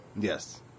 Yes